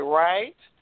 right